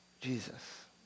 Jesus